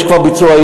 יש כבר ביצוע.